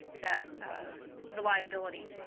that reliability.